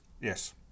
yes